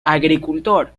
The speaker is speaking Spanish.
agricultor